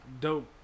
dope